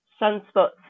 Sunspots